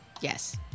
Yes